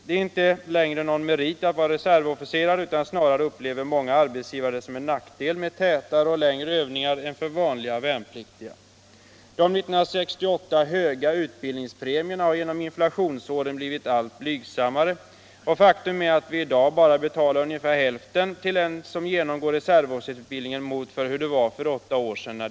Det är inte längre någon merit att vara reservofficer, utan snarare upplever många arbetsgivare det som en nackdel med tätare och längre övningar än för andra värnpliktiga. De 1968 höga utbildningspremierna har under inflationsåren blivit allt blygsammare, och faktum är att vi i dag bara betalar ungefär hälften så mycket i premier till en person som genomgått reservofficersutbildning som vi gjorde för åtta år sedan.